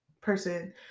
person